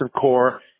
core